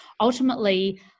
Ultimately